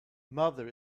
mother